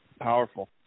powerful